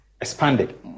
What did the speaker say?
expanded